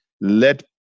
let